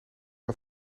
het